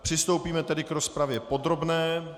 Přistoupíme tedy k rozpravě podrobné.